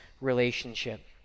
relationship